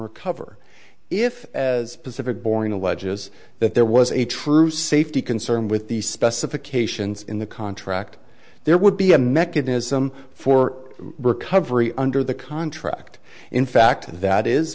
recover if as pacific borne alleges that there was a true safety concern with these specifications in the contract there would be a mechanism for recovery under the contract in fact that is